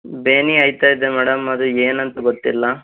ಬೇನೆ ಆಯ್ತ ಇದೆ ಮೇಡಮ್ ಅದು ಏನಂತ ಗೊತ್ತಿಲ್ಲ